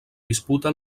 disputa